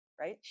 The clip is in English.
right